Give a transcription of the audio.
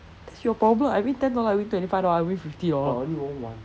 that's your problem I win ten dollar I win twenty five dollar I win fifty dollar